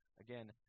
again